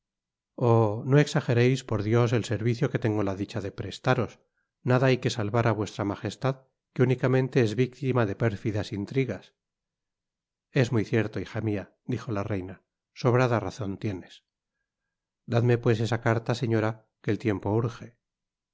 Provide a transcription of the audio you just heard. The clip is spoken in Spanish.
no exajereis por dios el servicio que tengo la dicha de prestaros nada hay que salvar á vuestra majestad que únicamente es victima de pérfidas intringas es muy cierto hija mia dijo la reina sobrada razon tienes dadme pues esa carta señora que el tiempo urje